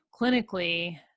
clinically